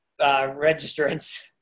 registrants